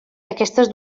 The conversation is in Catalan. aquestes